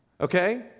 okay